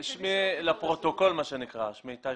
שמי איתי חוטר,